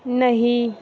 नहि